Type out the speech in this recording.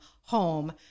home